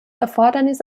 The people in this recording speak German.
erfordernis